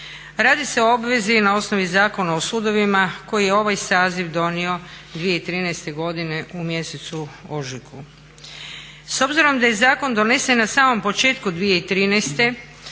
Radi se o obvezi na osnovi Zakona o sudovima koji je ovaj saziv donio 2013. godine u mjesecu ožujku. S obzirom da je zakon donesen na samom početku 2013.,